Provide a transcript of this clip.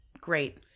Great